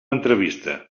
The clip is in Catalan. entrevista